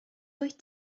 wyt